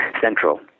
central